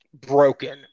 Broken